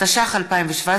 התשע"ח 2017,